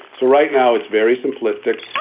so right now, it's very simplistic.